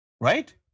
Right